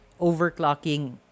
overclocking